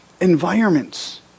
environments